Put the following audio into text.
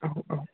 औ औ